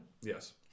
Yes